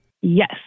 Yes